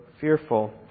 fearful